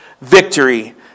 victory